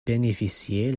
bénéficier